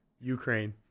Ukraine